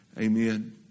Amen